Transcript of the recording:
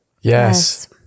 yes